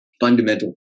fundamental